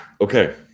Okay